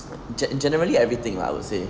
gen~ generally everything lah I would say